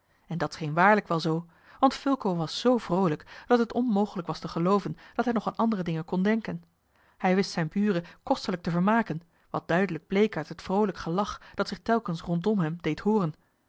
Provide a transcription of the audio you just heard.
en dat scheen waarlijk wel zoo want fulco was zoo vroolijk dat het onmogelijk was te gelooven dat hij nog aan andere dingen kon denken hij wist zijne buren kostelijk te vermaken wat duidelijk bleek uit het vroolijk gelach dat zich telkens rondom hem deed hooren